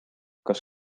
kas